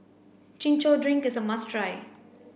chin chow drink is a must try